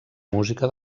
música